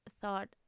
thought